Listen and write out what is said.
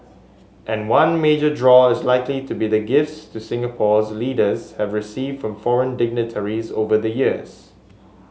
and one major draw is likely to be the gifts to Singapore's leaders have received from foreign dignitaries over the years